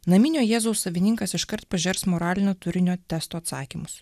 naminio jėzaus savininkas iškart pažers moralinio turinio testo atsakymus